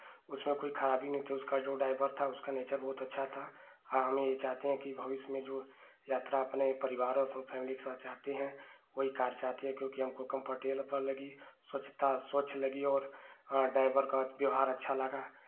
उसमें कोई खराबी नहीं थी उसका जो ड्राइवर था उसका नेचर बहुत अच्छा था आ हमलोग ये चाहते हैं भविष्य में जो यात्रा अपना एक परिवार और फैमिली के साथ चाहती हैं वहीं कार चाहती हैं क्योंकि हमको कम्फर्टेबल लगी स्वच्छता स्वच्छ लगी और ड्राइवर का व्यवहार अच्छा लगा